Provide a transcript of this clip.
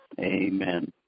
Amen